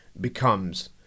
becomes